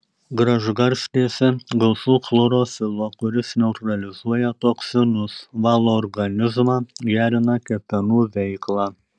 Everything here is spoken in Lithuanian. gražgarstėse gausu chlorofilo kuris neutralizuoja toksinus valo organizmą gerina kepenų veiklą